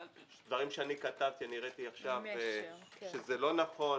דברים שכתבתי, הראיתי עכשיו שזה לא נכון.